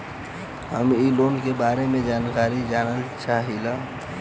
हम इ लोन के बारे मे जानकारी जाने चाहीला?